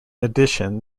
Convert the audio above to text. addition